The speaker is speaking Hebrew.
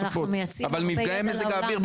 מפגעי מזג האוויר,